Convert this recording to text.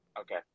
Okay